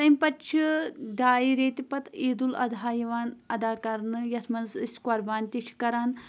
تَمہِ پَتہٕ چھِ ڈایہِ ریٚتہِ پَتہٕ عیدالاضحیٰ یِوان ادا کَرنہٕ یَتھ منٛز أسۍ قۄربان تہِ چھِ کَران